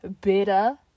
bitter